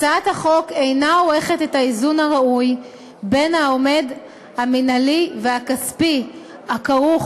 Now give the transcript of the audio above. הצעת החוק אינה עורכת את האיזון הראוי בין העומס המינהלי והכספי הכרוך